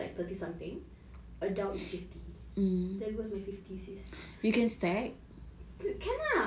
no no no I mean you can use some of it so I check already so senior citizen is like thirty something